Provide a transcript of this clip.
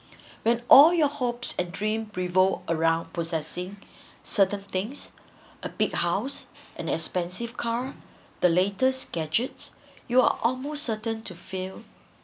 when all your hopes a dream revolve around possessing certain things a big house an expensive car the latest gadgets you're almost certain to feel